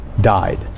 died